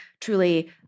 truly